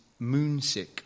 moonsick